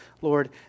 Lord